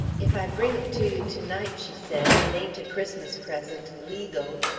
if i bring it to you to-night, she said, it ain't a christmas present legal.